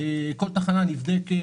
כל תחנה נבדקת